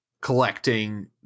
collecting